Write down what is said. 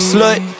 Slut